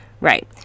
Right